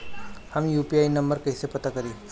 हम UPI number कइसे पता करी?